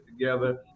together